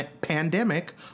pandemic